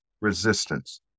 resistance